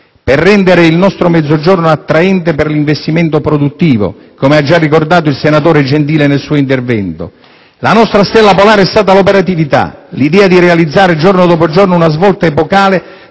per rendere il nostro Mezzogiorno attraente per l'investimento produttivo, come ha già ricordato il senatore Gentile nel suo intervento. La nostra stella polare è stata l'operatività. L'idea di realizzare, giorno dopo giorno, una svolta epocale,